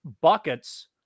buckets